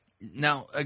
Now